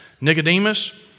Nicodemus